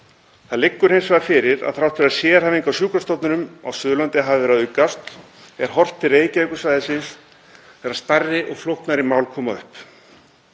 Það liggur hins vegar fyrir að þrátt fyrir að sérhæfing á sjúkrastofnunum á Suðurlandi hafi verið að aukast er horft til Reykjavíkursvæðisins þegar stærri og flóknari mál koma upp.